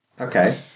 Okay